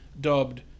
dubbed